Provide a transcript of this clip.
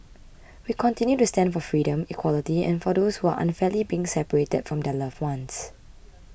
we continue to stand for freedom equality and for those who are unfairly being separated from their loved ones